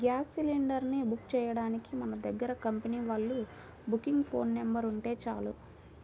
gas cylinder ని book చెయ్యడానికి మన దగ్గర కంపెనీ వాళ్ళ బుకింగ్ ఫోన్ నెంబర్ ఉంటే చాలు